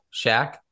Shaq